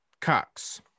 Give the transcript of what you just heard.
Cox